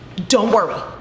don't worry,